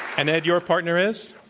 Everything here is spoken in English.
and, ed, your partner is?